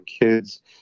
kids